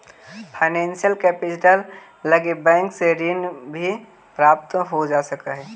financial capital लगी bank से ऋण भी प्राप्त हो सकऽ हई